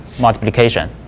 multiplication